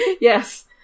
Yes